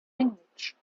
language